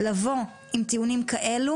לבוא עם טיעונים כאלה